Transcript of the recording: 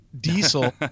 diesel